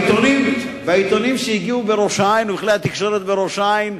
בעיתונים שהגיעו לראש-העין ובכלי התקשורת בראש-העין,